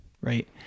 right